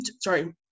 Sorry